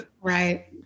Right